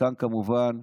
כאן, כמובן,